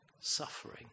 suffering